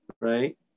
right